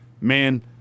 man